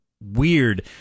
weird